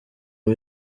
uyu